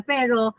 Pero